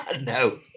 no